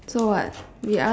so what we ask